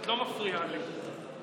את לא מפריעה לי.